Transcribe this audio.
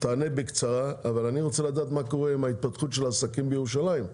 תענה בקצרה: אני רוצה לדעת מה קורה עם ההתפתחות של העסקים בירושלים,